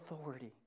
authority